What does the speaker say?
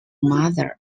mother